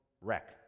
wreck